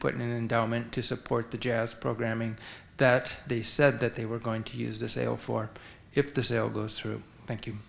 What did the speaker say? put in an down went to support the jazz programming that they said that they were going to use the sale for if the sale goes through thank you